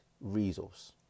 resource